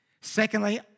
Secondly